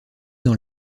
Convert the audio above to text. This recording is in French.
dans